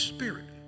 Spirit